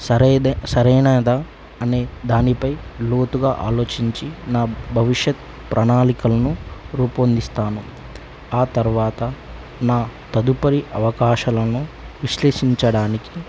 సరైనద అనే దానిపై లోతుగా ఆలోచించి నా భవిష్యత్ ప్రణాళికలను రూపొందిస్తాను ఆ తర్వాత నా తదుపరి అవకాశాలను విశ్లేషించడానికి